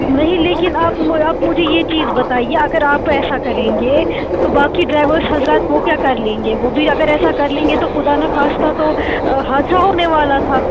نہیں لیکن آپ آپ مجھے یہ چیز بتائیے اگر آپ ایسا کریں گے تو باقی ڈرائیور حضرات وہ کیا کر لیں گے وہ بھی اگر ایسا کر لیں گے تو خدا نخواستہ تو حادثہ ہونے والا تھا